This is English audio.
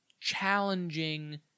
challenging